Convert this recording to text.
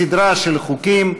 זו סדרה של חוקים.